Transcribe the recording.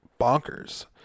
bonkers